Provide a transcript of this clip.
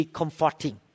comforting